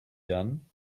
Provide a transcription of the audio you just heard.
done